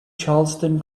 charleston